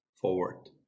forward